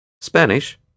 Spanish